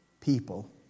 people